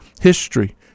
history